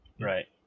right